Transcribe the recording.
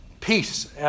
peace